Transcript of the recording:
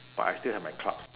but I still have my clubs